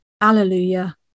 Alleluia